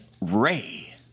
Ray